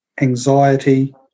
anxiety